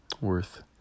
worth